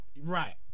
right